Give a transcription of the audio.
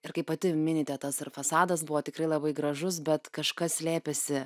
ir kaip pati minite tas ir fasadas buvo tikrai labai gražus bet kažkas slėpėsi